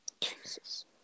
Jesus